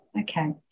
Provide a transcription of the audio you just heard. okay